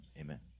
amen